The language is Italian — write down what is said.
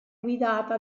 guidata